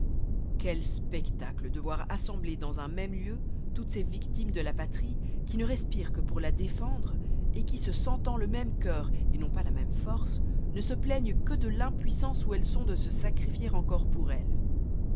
quel spectacle de voir dans un même lieu rassemblées toutes ces victimes de la patrie qui ne respirent que pour la défendre et qui se sentant le même cœur et non pas la même force ne se plaignent que de l'impuissance où elles sont de se sacrifier encore pour elle